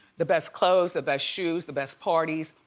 the best clothes, the best shoes, the best parties.